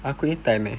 aku nya time eh